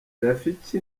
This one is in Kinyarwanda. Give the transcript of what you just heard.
rafiki